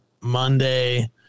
Monday